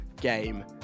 game